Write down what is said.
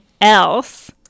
else